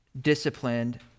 disciplined